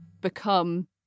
become